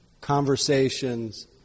conversations